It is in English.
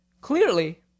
Clearly